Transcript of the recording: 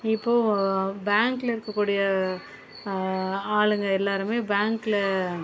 இப்போது பேங்க்ல இருக்கக்கூடிய ஆளுங்கள் எல்லாருமே பேங்க்ல